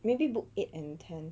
maybe book eight and ten